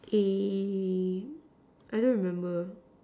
eh I don't remember